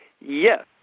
Yes